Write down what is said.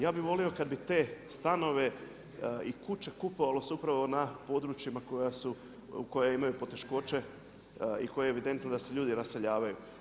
Ja bi volio kada bi te stanove i kuće kupovalo se upravo na područjima koja imaju poteškoće i koja je evidentno da se ljudi raseljavaju.